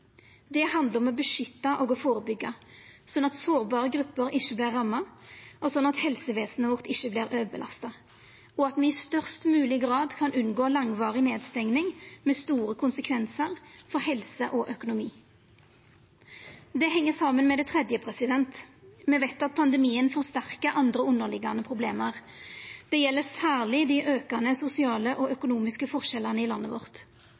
Det handlar om å beskytta og førebyggja, slik at sårbare grupper ikkje vert ramma, slik at helsevesenet vårt ikkje vert overbelasta, og slik at me i størst mogleg grad kan unngå ei langvarig nedstenging med store konsekvensar for helse og økonomi. Det heng saman med det tredje: Me veit at pandemien forsterkar andre, underliggjande problem. Det gjeld særleg dei aukande sosiale og økonomiske forskjellane i landet vårt.